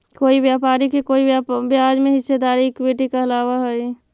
कोई व्यापारी के कोई ब्याज में हिस्सेदारी इक्विटी कहलाव हई